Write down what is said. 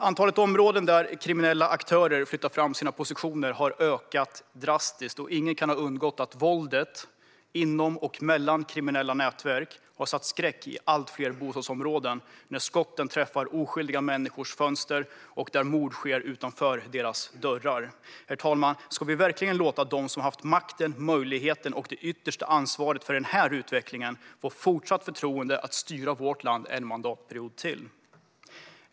Antalet områden där kriminella aktörer flyttar fram sina positioner har ökat drastiskt, och det kan inte ha undgått någon att våldet inom och mellan kriminella nätverk har satt skräck i allt fler bostadsområden när skotten träffat oskyldiga människors fönster och mord skett utanför deras dörrar. Herr talman! Ska vi verkligen låta dem som haft makten, möjligheten och det yttersta ansvaret för den här utvecklingen få fortsatt förtroende att styra vårt land en mandatperiod till?